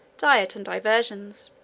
diet, and diversions.